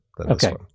Okay